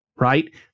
right